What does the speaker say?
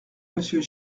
monsieur